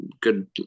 good